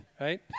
right